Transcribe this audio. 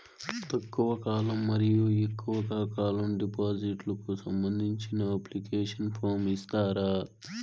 తక్కువ కాలం మరియు ఎక్కువగా కాలం డిపాజిట్లు కు సంబంధించిన అప్లికేషన్ ఫార్మ్ ఇస్తారా?